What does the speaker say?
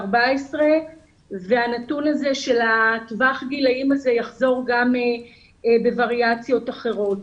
14. הנתון הזה של טווח הגילים יחזור גם בווריאציות אחרות.